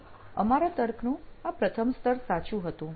તો અમારા તર્કનું આ પ્રથમ સ્તર સાચું હતું